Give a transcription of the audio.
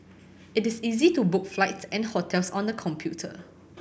it is easy to book flights and hotels on the computer